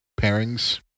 pairings